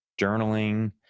journaling